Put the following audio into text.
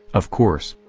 of course,